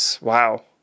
wow